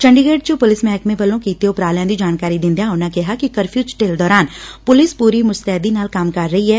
ਚੰਡੀਗੜ੍ਰ 'ਚ ਪੁਲਿਸ ਮਹਿਕਮੇ ਵਲੋ ਕੀਤੇ ਉਪਰਾਲਿਆਂ ਦੀ ਜਾਣਕਾਰੀ ਦਿੰਦਿਆਂ ਉਨਾਂ ਕਿਹਾ ਕਿ ਕਰਫਿਉ 'ਚ ਢਿੱਲ ਦੌਰਾਨ ਪੁਲਿਸ ਪੁਰੀ ਮੁਸਤੈਦੀ ਨਾਲ ਕੰਮ ਕਰ ਰਹੀ ਏ